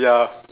ya